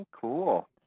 Cool